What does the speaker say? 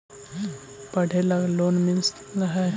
पढ़े ला लोन मिल है?